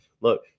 look